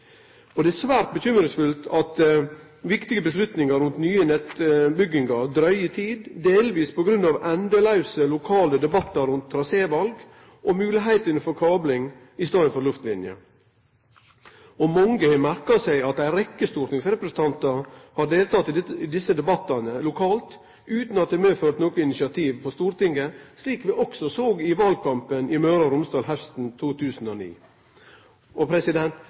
Det er svært bekymringsfullt at viktige avgjerder om nye nettutbyggingar dryger i tid, dels på grunn av endelause lokale debattar rundt traséval og moglegheitene for kabling i staden for luftlinje. Mange har merka seg at ei rekkje stortingsrepresentantar har teke del i desse debattane lokalt – utan at det har ført til noko initiativ på Stortinget, slik vi også såg i valkampen i Møre og Romsdal hausten 2009.